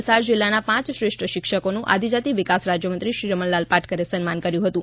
વલસાડ જિલ્લાના પાંચ શ્રેષ્ઠ શિક્ષકોનું આદિજાતિ વિકાસ રાજ્યમંત્રી શ્રી રમણલાલ પાટકરે સન્માન કર્યું હતું